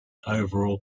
overall